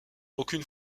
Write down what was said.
aucune